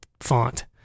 font